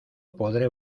podré